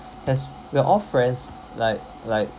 as we are all friends like like